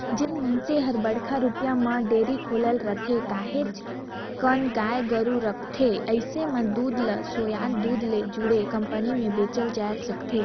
जेन मइनसे हर बड़का रुप म डेयरी खोले रिथे, काहेच कन गाय गोरु रखथे अइसन मन दूद ल सोयझ दूद ले जुड़े कंपनी में बेचल जाय सकथे